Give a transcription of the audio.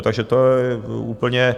Takže to je úplně...